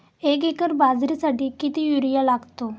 एक एकर बाजरीसाठी किती युरिया लागतो?